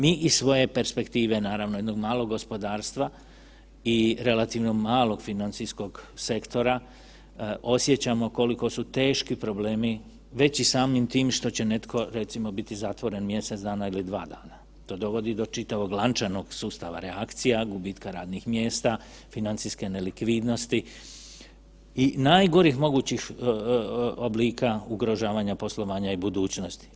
Mi iz svoje perspektive naravno jednog malog gospodarstva i relativno malog financijskog sektora osjećamo koliko su teški problemi već i samim tim što će netko recimo biti zatvoren mjesec dana ili dva dana, to dovodi do čitavog lančanog sustava reakcija gubitka radnih mjesta, financijske nelikvidnosti i najgorih mogućih oblika ugrožavanja poslovanja i budućnosti.